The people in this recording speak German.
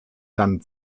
dann